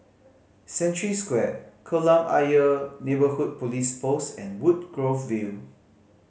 Century Square Kolam Ayer Neighbourhood Police Post and Woodgrove View